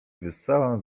wyssałam